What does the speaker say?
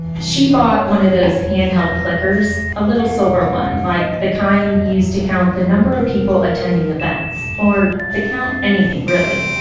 she bought one of those handheld clickers, a little silver one, like the kind used to count the number of people attending events or to count anything really